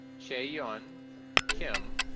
chaeyeon kim,